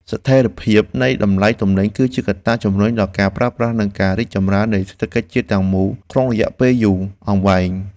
ស្ថិរភាពនៃតម្លៃទំនិញ គឺជាកត្តាជម្រុញដល់ការប្រើប្រាស់ និងការរីកចម្រើននៃសេដ្ឋកិច្ចជាតិទាំងមូលក្នុងរយៈពេលយូរអង្វែង។